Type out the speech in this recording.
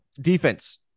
Defense